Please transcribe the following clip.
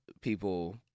people